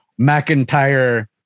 McIntyre